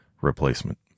replacement